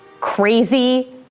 Crazy